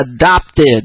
adopted